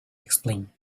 explain